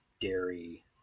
dairy